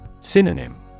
Synonym